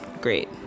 great